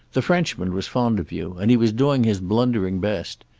the frenchman was fond of you, and he was doing his blundering best.